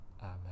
amen